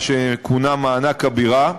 מה שכונה מענק הבירה.